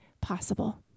possible